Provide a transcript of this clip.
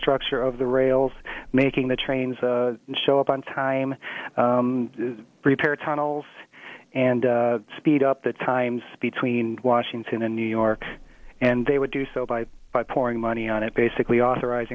infrastructure of the rails making the trains show up on time repaired tunnels and speed up the times between washington and new york and they would do so by by pouring money on it basically authoriz